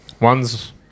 One's